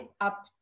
up